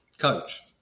Coach